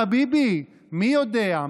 חביבי / מי יודע,